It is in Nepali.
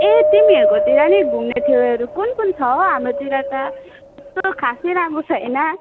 ए तिमीहरूको तिर नि घुम्ने ठाउँहरू कुन कुन छ हाम्रोतिर त त्यस्तो खासै राम्रो छैन